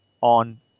on